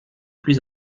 plus